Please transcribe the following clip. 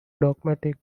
dogmatic